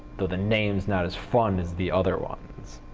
though the name's not as fun as the other ones.